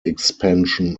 expansion